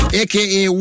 aka